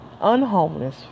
unhomeless